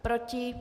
Proti?